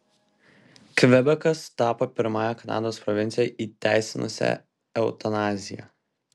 kvebekas tapo pirmąja kanados provincija įteisinusia eutanaziją